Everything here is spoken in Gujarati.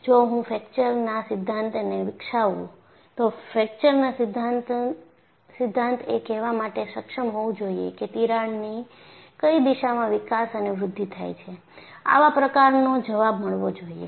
જો હું ફ્રેક્ચરના સિધ્ધાંતને વિકસાવું તો ફ્રેક્ચરના સિધ્ધાંતન એ કહેવા માટે સક્ષમ હોવું જોઈએ કે તિરાડની કઈ દિશામાં વિકાસ અને વૃદ્ધિ થાય છે આવા પ્રકારનો જવાબ મળવો જોઈએ